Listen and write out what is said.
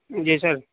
جی سر